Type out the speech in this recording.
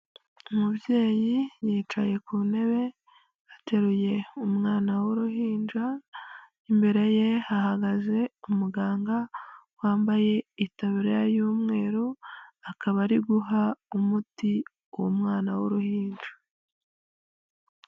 Umubyeyi yicaye ku ntebe ateruye umwana w'uruhinja imbere ye hahagaze umuganga wambaye itaburiya y'umweru akaba ari guha umuti umwanawa w'uruhinja.